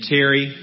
Terry